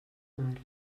mar